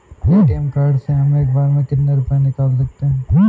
ATM card से हम एक बार में कितने रुपये निकाल सकते हैं?